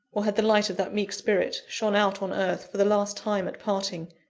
or had the light of that meek spirit shone out on earth, for the last time at parting,